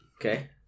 Okay